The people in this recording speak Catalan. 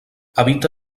habita